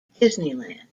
disneyland